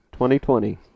2020